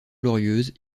glorieuses